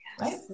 right